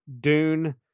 dune